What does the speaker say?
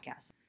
podcast